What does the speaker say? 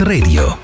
Radio